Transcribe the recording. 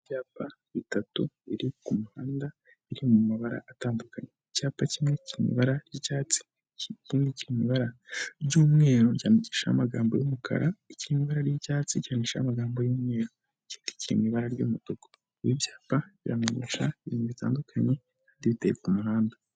Ibyapa bitatu biri ku muhanda, biri mu mabara atandukanye, icyapa kimwe kiri mu ibara ry'icyatsi, ikindi kiri mu ibara ry'umweru cyandikishijeho amagambo y'umukara, ikiri mu ibara ry'icyatsi cyandikishijeho amagambo y'umweru, ikindi kiri mu ibara ry'umutuku, ibi byapa biramenyesha ibintu bitandukanye, biteye ku muhanda.